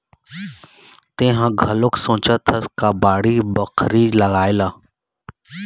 तेंहा घलोक सोचत हस का बाड़ी बखरी लगाए ला?